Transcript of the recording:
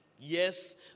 Yes